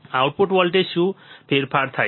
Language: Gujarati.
આઉટપુટ વોલ્ટેજમાં શું ફેરફાર થાય છે